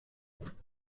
lgbt